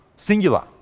Singular